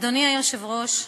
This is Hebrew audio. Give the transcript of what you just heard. אדוני היושב-ראש,